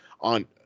on